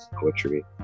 poetry